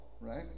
right